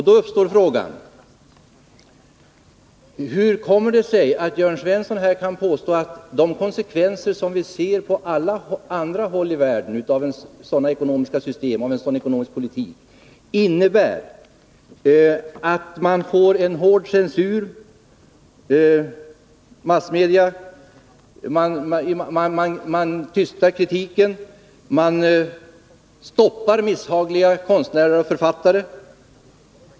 Då uppstår frågan: Hur kommer det sig att de konsekvenser av en sådan ekonomisk politik som vi ser på alla andra håll i världen innebär hård censur i massmedia, att man tystar kritiken, att man stoppar misshagliga konstnärer och författare?